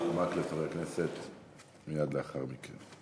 חבר הכנסת מקלב, מייד לאחר מכן.